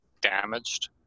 damaged